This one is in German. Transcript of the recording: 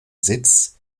sitz